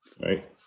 right